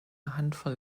handvoll